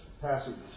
passages